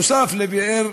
נוסף על הבאר,